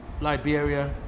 Liberia